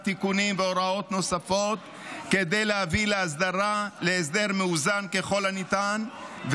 תיקונים והוראות נוספות כדי להביא להסדר מאוזן ככל הניתן,